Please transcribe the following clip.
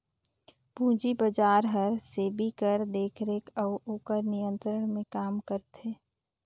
पूंजी बजार हर सेबी कर देखरेख अउ ओकर नियंत्रन में काम करथे